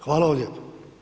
Hvala vam lijepo.